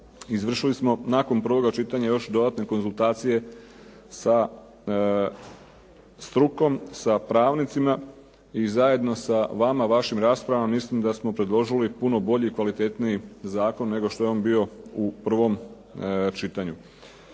Izvršili smo nakon prvog čitanja još dodatne konzultacije sa strukom, sa pravnicima i zajedno sa vama, vašim raspravama mislim da smo predložili puno bolji i kvalitetniji zakon nego što je on bio u prvom čitanju.